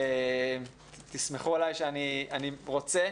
תסמכו עליי שאני רוצה.